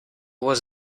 was